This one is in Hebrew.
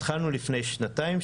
התחלנו לפני שנתיים.